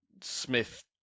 Smith